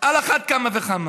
על אחת כמה וכמה.